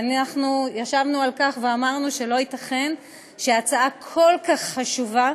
ואנחנו עמדנו על כך ואמרנו שלא ייתכן שהצעה כל כך חשובה